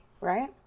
right